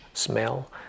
smell